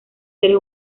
seres